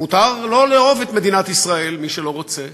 מותר לא לאהוב את מדינת ישראל, מי שלא רוצה,